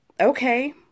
okay